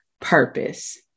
purpose